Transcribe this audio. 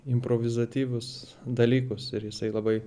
improvizatyvius dalykus ir jisai labai